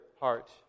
heart